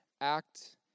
act